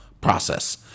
process